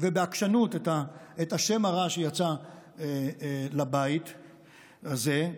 ובעקשנות את השם הרע שיצא לבית הזה.